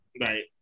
Right